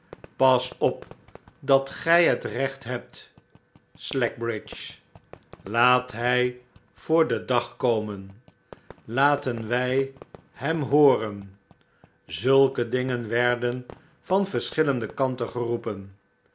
pas op dat gij het recht hebt slackbridge laat hi voor den dag komen laten wij hem hooren i zulke dingen werden van verschillende kanten geroepen